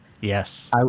Yes